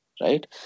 right